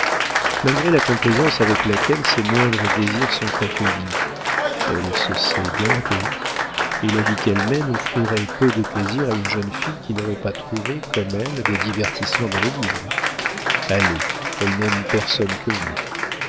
malgré la complaisance avec laquelle ses moindres désirs sont accueillis elle se sait gardée et la vie qu'elle mène offrirait peu de plaisir à une jeune fille qui n'aurait pas trouvé comme elle des divertissements dans les livres allez elle n'aime personne que vous